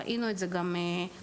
ראינו את זה גם בנתונים.